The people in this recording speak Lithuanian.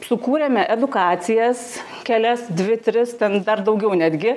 sukūrėme edukacijas kelias dvi tris ten dar daugiau netgi